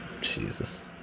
Jesus